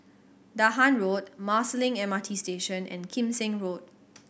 Dahan Road Marsiling M R T Station and Kim Seng Road